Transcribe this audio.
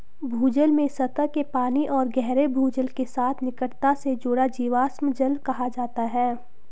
भूजल में सतह के पानी और गहरे भूजल के साथ निकटता से जुड़ा जीवाश्म जल कहा जाता है